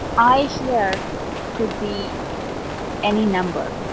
i here could be any number.